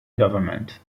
government